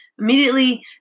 immediately